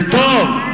זה טוב,